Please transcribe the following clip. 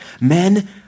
Men